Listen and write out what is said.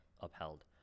upheld